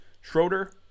Schroeder